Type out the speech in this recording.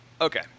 Okay